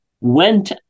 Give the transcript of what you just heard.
went